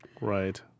Right